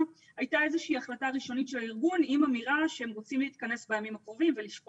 השעה 13:44. אנחנו נשמע